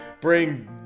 bring